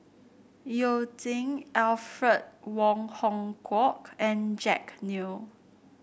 You Jin Alfred Wong Hong Kwok and Jack Neo